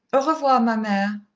au revoir, ma mere.